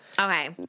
okay